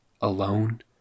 alone